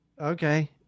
okay